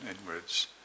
inwards